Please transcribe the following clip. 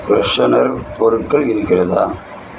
freshener பொருட்கள் இருக்கிறதா